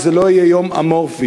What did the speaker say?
שזה לא יהיה יום אמורפי.